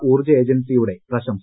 ഊർജ്ജ ഏജൻസിയുടെ പ്രശംസ